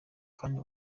kandi